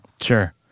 Sure